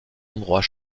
endroit